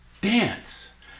dance